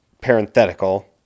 parenthetical